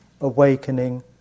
awakening